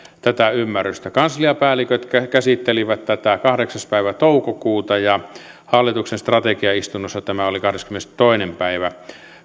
tätä ymmärrystä kansliapäälliköt käsittelivät tätä kahdeksas päivä toukokuuta ja hallituksen strategiaistunnossa tämä oli kahdeskymmenestoinen päivä